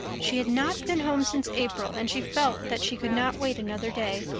she had not been home since april and she felt that she could not wait another day.